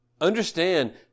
Understand